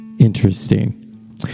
Interesting